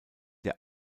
der